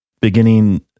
beginning